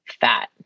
fat